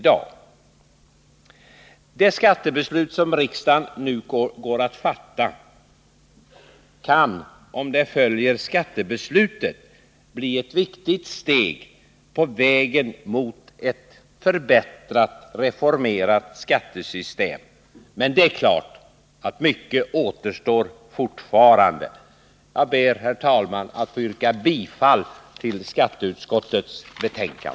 Det skattebeslut som riksdagen nu går att fatta kan, om det följer skatteutskottets förslag, bli ett riktigt steg på vägen mot ett förbättrat och reformerat skattesystem. Men mycket återstår givetvis fortfarande. Herr talman! Jag ber att få yrka bifall till skatteutskottets hemställan.